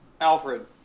Alfred